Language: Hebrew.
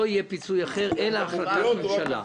לא יהיה פיצוי אחר אלא החלטת ממשלה.